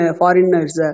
foreigners